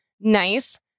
nice